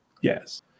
Yes